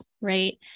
right